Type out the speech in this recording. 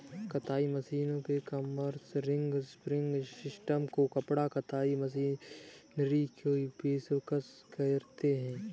कताई मशीनों को कॉम्बर्स, रिंग स्पिनिंग सिस्टम को कपड़ा कताई मशीनरी की पेशकश करते हैं